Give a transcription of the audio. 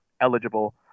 eligible